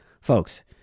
Folks